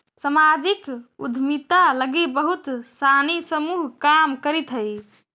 सामाजिक उद्यमिता लगी बहुत सानी समूह काम करित हई